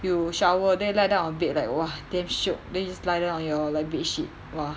you shower then you lie down on bed like !wah! damn shiok then you just lie down on your like bedsheet !wah!